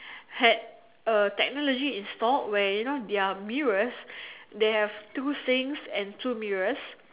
had a technology installed where you know their mirrors they have two sinks and two mirrors